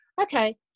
okay